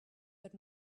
got